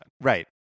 right